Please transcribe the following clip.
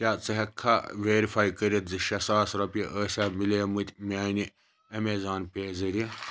کیٛاہ ژٕ ہٮ۪کٕکھا ویرِفاے کٔرِتھ زِ شےٚ ساس رۄپیہِ ٲسیا میلے مٕتۍ میٛانہِ اَیمازان پے ذٔریعہِ